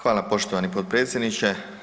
Hvala poštovani potpredsjedniče.